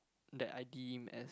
that I deem as